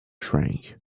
shrank